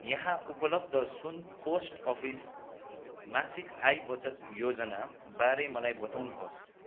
यहाँ उपलब्ध सुन पोस्ट अफिस मासिक आय बचत योजनाबारे मलाई बताउनुहोस्